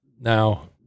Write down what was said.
now